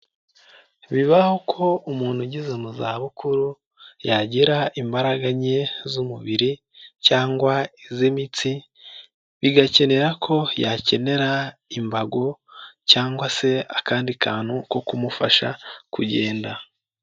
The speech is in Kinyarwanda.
Bibaho ko umuntu ugeze mu za bukuru yagira imbaraga nke z'umubiri cyangwa iz'imitsi, bigakenera ko yakenera imbago cyangwa se akandi kantu ko kumufasha kugenda.